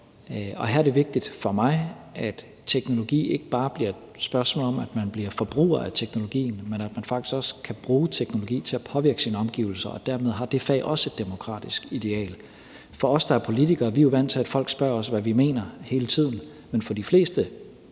og her er det vigtigt for mig, at teknologi ikke bare bliver et spørgsmål om, at man bliver forbruger af teknologi, men at man faktisk også kan bruge teknologi til at påvirke sine omgivelser, og dermed har det fag også et demokratisk ideal. For vi politikere er jo vant til, at folk hele tiden spørger om, hvad vi mener, men de fleste